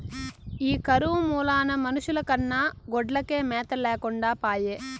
ఈ కరువు మూలాన మనుషుల కన్నా గొడ్లకే మేత లేకుండా పాయె